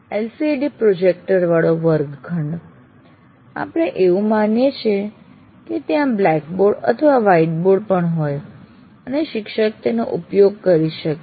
LCD projector વાળો વર્ગખંડ આપણે એવું માનીએ છીએ કે ત્યાં બ્લેકબોર્ડ અથવા વ્હાઇટબોર્ડ પણ હોય છે અને શિક્ષક તેનો ઉપયોગ કરી શકે છે